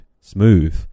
smooth